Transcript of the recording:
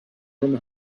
from